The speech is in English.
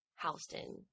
Houston